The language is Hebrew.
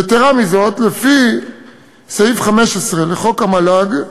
יתרה מזאת, לפי סעיף 15 לחוק המל"ג,